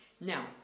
Now